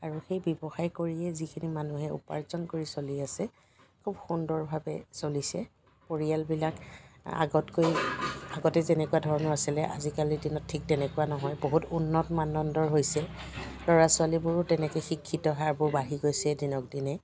আৰু সেই ব্যৱসায় কৰিয়েই যিখিনি মানুহে উপাৰ্জন কৰি চলি আছে খুব সুন্দৰভাৱে চলিছে পৰিয়ালবিলাক আগতকৈ আগতে যেনেকুৱা ধৰণৰ আছিলে অজিকালি দিনত ঠিক তেনেকুৱা নহয় বহুত উন্নত মানদণ্ডৰ হৈছে ল'ৰা ছোৱালীবোৰৰো তেনেকৈ শিক্ষিত হাৰবোৰ বাঢ়ি গৈছে দিনক দিনে